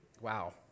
wow